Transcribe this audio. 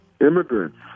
immigrants